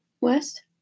West